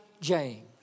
James